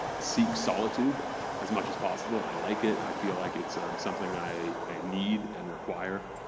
seeks solitude as much as possible, i like it, i feel like it's something i i need and require.